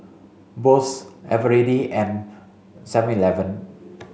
Bose Eveready and seven eleven